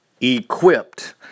equipped